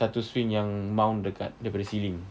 satu swing yang mount dekat daripada ceiling